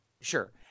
sure